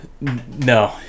No